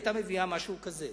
היא היתה מביאה משהו כזה.